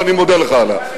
ואני מודה לך עליה.